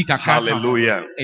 Hallelujah